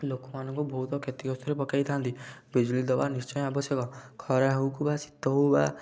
ଲୋକମାନଙ୍କୁ ବହୁତ କ୍ଷତି ଗ୍ରସ୍ଥରେ ପକାଇଥାନ୍ତି ବିଜୁଳି ଦବା ନିଶ୍ଚୟ ଆବଶ୍ୟକ ଖରା ହଉ କି ବା ଶୀତ ହଉ ବା